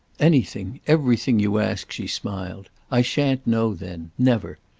anything, everything you ask, she smiled. i shan't know then never.